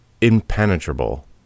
impenetrable